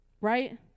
Right